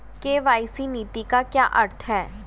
KYC नीति का क्या अर्थ है?